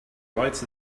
lights